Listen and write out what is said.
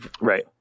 Right